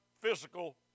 physical